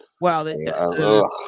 wow